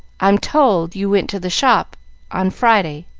i'm told you went to the shop on friday.